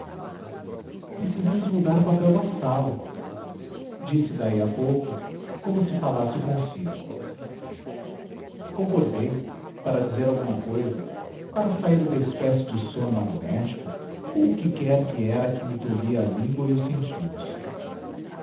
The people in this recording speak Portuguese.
precisamos mudar o papel da sala disse daí a pouco como se falasse consigo concordei para dizer alguma cousa para sair da espécie de sono magnético ou o que quer que era que me tolhia a língua e os sentidos